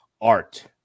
art